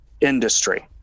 industry